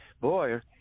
boy